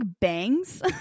bangs